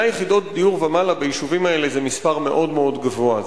100 יחידות דיור ומעלה ביישובים האלה זה מספר מאוד מאוד גבוה,